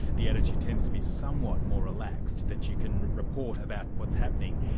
the attitude tends to be somewhat more relaxed, that you can report about what's happening,